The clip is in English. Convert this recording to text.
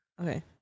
Okay